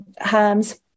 harms